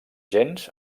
gens